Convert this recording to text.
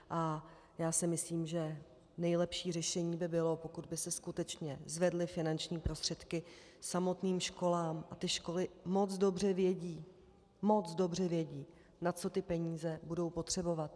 A já si myslím, že nejlepší řešení by bylo, pokud by se skutečně zvedly finanční prostředky samotným školám, a ty školy moc dobře vědí, moc dobře vědí, na co ty peníze budou potřebovat.